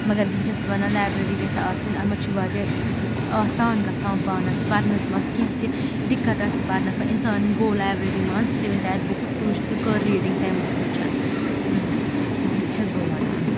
مگر یہِ بہٕ چھیٚس وَنان لایبرٛیری گَژھہِ آسٕنۍ اَتھ منٛز چھِ واریاہ آسان گژھان پانَس پَرنَس منٛز کیٚنٛہہ تہِ دِقت آسہِ پَرنَس منٛز اِنسان گوٚو لایبرٛیری مَنٛز تھٲوِنۍ تَتیٚتھ بُکہٕ تُج تہٕ کٔر ریٖڈِنٛگ تمہِ بُکٕچ یی چھیٚس بہٕ وَنان